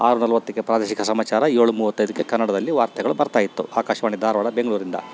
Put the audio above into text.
ಆರು ನಲ್ವತ್ತಕ್ಕೆ ಪ್ರಾದೇಶಿಕ ಸಮಾಚಾರ ಏಳು ಮೂವತ್ತೈದಕ್ಕೆ ಕನ್ನಡದಲ್ಲಿ ವಾರ್ತೆಗಳು ಬರ್ತಾಯಿತ್ತು ಆಕಾಶವಾಣಿ ಧಾರ್ವಾಡ ಬೆಂಗಳೂರಿಂದ